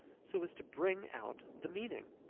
so as to bring out the meaning.